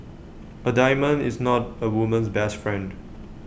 A diamond is not A woman's best friend